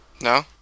no